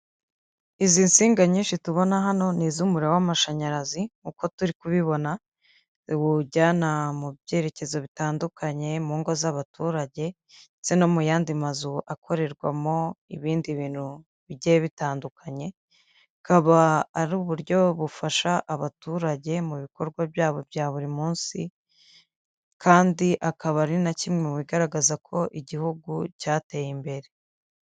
Izi nsinga nyinshi tubona hano ni izo umuriro w'amashanyarazi uko turi kubibona ziwujyana mu byerekezo bitandukanye mu ngo z'abaturage ndetse no mu yandi mazu akorerwamo ibindi bintu bigiye bitandukanye bikaba ari uburyo bufasha abaturage mu bikorwa byabo bya buri munsi kandi akaba ari na kimwe mu bigaragaza ko igihugu cyateye imbere.